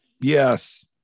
Yes